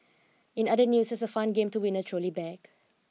in other news here's a fun game to win a trolley bag